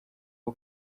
uwo